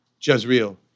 Jezreel